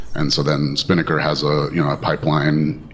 and so then spinnaker has a you know pipeline,